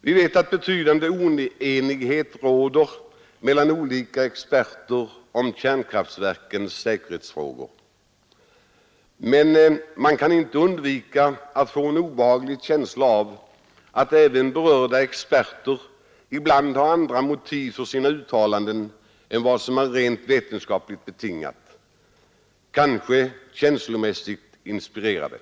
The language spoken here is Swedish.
Vi vet att betydande oenighet råder mellan olika experter beträffande kärnkraftverkens säkerhetsfrågor. Men det kan inte undvikas att man får en obehaglig känsla av att även berörda experter ibland har andra motiv för sina uttalanden än de rent vetenskapligt betingade; kanske känslomässigt inspirerade.